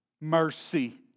Mercy